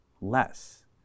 less